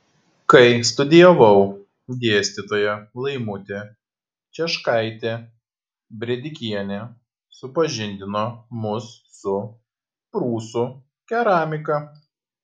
kai studijavau dėstytoja laimutė cieškaitė brėdikienė supažindino mus su prūsų keramika